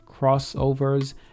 crossovers